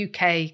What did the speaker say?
UK